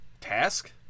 Task